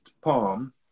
palm